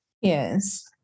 Yes